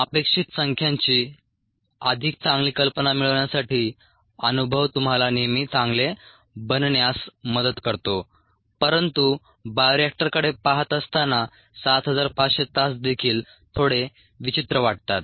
अपेक्षित संख्यांची अधिक चांगली कल्पना मिळवण्यासाठी अनुभव तुम्हाला नेहमी चांगले बनण्यास मदत करतो परंतु बायोरिएक्टरकडे पहात असताना 7500 तास देखील थोडे विचित्र वाटतात